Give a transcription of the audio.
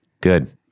Good